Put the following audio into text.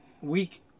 week